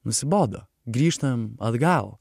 nusibodo grįžtam atgal